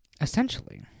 essentially